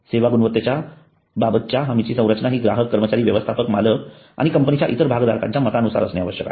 सेवा गुणवत्तेबाबतच्या हमीची संरचना हि ग्राहक कर्मचारी व्यवस्थापक मालक आणि कंपनीच्या इतर भागधारकांच्या मतांनुसार असणे आवश्यक आहे